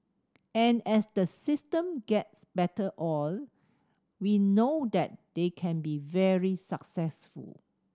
and as the system gets better oiled we know that they can be very successful